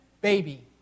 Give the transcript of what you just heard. baby